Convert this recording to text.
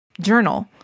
journal